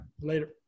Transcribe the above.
Later